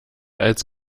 als